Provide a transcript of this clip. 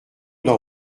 dans